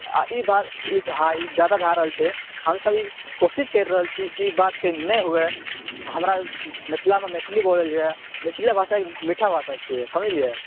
आइ ई बात हँ ई जादा भए रहल छै हमसब ई कोशिश करि रहल छी जे ई बात के नहि हुए आओर हमरा मिथिलामे मैथिली बोलल जाइ मिथिला भाषा मीठा भाषा छियै समझलियै